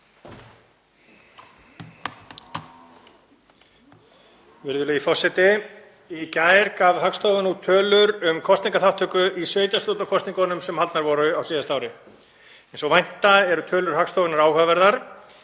Virðulegi forseti. Í gær gaf Hagstofan út tölur um kosningaþátttöku í sveitarstjórnarkosningunum sem haldnar voru á síðasta ári. Eins og vænta má eru tölur Hagstofunnar áhugaverðar.